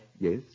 Yes